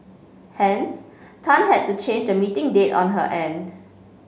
hence Tan had to change the meeting date on her end